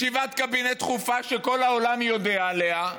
ישיבת קבינט דחופה שכל העולם יודע עליה,